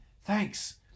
Thanks